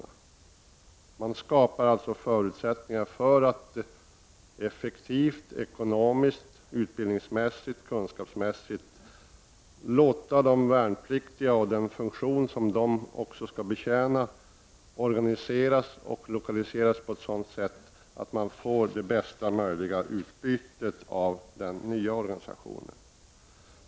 Härigenom skapas alltså förutsättningar för att man effektivt, ekonomiskt, utbildningsmässigt och kunskapsmässigt skall låta de värnpliktiga och den funktion som de också skall betjäna organiseras och lokaliseras på ett sådant sätt att man får det bästa möjliga utbytet av den nya organisationen.